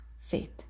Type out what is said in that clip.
faith